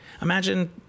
Imagine